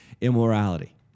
immorality